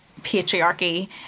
patriarchy